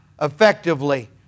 effectively